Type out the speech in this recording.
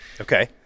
Okay